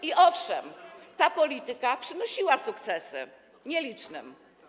I owszem, ta polityka przynosiła sukcesy, nielicznym.